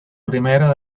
primera